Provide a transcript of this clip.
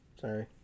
Sorry